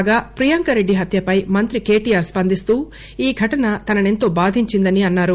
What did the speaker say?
కాగా ప్రియాంకరెడ్డి హత్యపై మంత్రి కేటీఆర్ స్పందిస్తూ ఈ ఘటన తననెంతో బాధించిందని అన్నారు